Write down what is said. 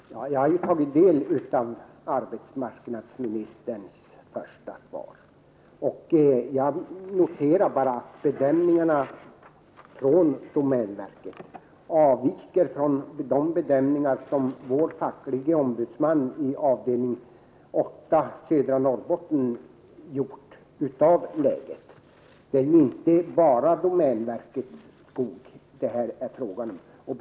Herr talman! Jag har ju tagit del av arbetsmarknadsministerns första svar. Jag noterar bara att de bedömningar som domänverket har gjort av läget avviker från de bedömningar som vår facklige ombudsman vid avdelning 8, Södra Norrbotten, har gjort. Det är ju inte bara fråga om domänverkets skog.